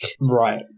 right